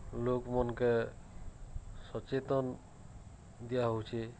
ଲୋକ୍ମନ୍କେ ସଚେତନ୍ ଦିଆହଉଛେ